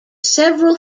several